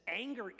anger